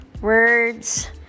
words